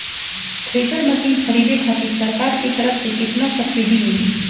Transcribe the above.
Thresher machine खरीदे खातिर सरकार के तरफ से केतना सब्सीडी मिली?